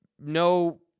no